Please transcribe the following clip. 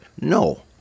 No